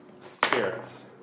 spirits